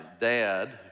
dad